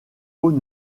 faut